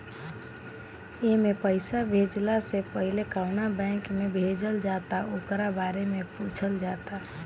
एमे पईसा भेजला से पहिले कवना बैंक में भेजल जाता ओकरा बारे में पूछल जाता